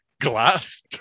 glass